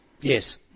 Yes